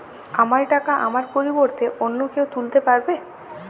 আমার টাকা আমার পরিবর্তে অন্য কেউ তুলতে পারবে?